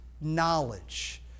knowledge